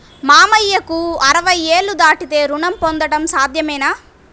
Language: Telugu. మామయ్యకు అరవై ఏళ్లు దాటితే రుణం పొందడం సాధ్యమేనా?